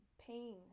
pain